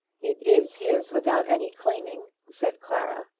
it is his without any claiming, said clara.